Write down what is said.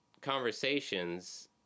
conversations